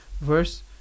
verse